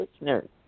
listeners